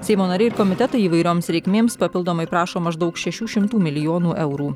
seimo nariai komitetai įvairioms reikmėms papildomai prašo maždaug šešių šimtų milijonų eurų